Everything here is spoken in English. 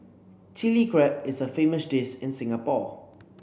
Chilli Crab is a famous dish in Singapore